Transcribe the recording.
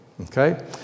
Okay